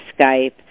Skype